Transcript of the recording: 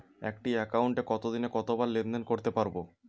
একটি একাউন্টে একদিনে কতবার লেনদেন করতে পারব?